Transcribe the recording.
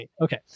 Okay